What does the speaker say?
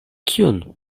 kiun